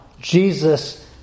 Jesus